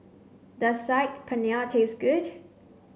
does Saag Paneer taste good